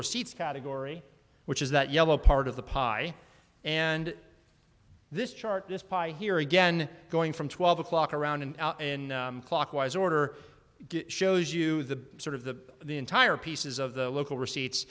receipts category which is that yellow part of the pie and this chart this pie here again going from twelve o'clock around an hour in clockwise order shows you the sort of the the entire pieces of the local receipts